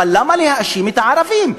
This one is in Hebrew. אבל למה להאשים את הערבים?